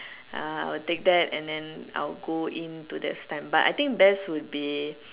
uh I would take that and then I would go in to that time but I think best would be